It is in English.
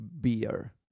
beer